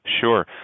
Sure